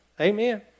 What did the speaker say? Amen